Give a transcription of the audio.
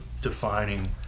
defining